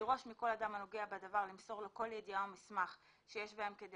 לדרוש מכל אדם הנוגע בדבר למסור לו כל ידיעה או מסמך שיש בהם כדי